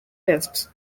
pests